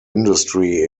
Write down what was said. industry